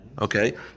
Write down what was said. okay